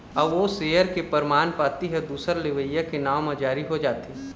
अउ ओ सेयर के परमान पाती ह दूसर लेवइया के नांव म जारी हो जाथे